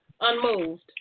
unmoved